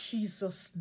Jesus